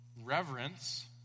Reverence